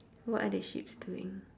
what are the sheeps doing